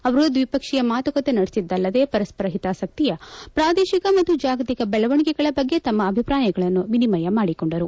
ಅವರು ದ್ವಿಪಕ್ಷೀಯ ಮಾತುಕತೆ ನಡೆಸಿದ್ದಲ್ಲದೆ ಪರಸ್ವರ ಹಿತಾಸಕ್ತಿಯ ಪ್ರಾದೇಶಿಕ ಮತ್ತು ಜಾಗತಿಕ ಬೆಳವಣಿಗೆಗಳ ಬಗ್ಗೆ ತಮ್ಮ ಅಭಿಪ್ರಾಯಗಳನ್ನು ವಿನಿಮಯ ಮಾಡಿಕೊಂಡರು